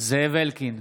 זאב אלקין,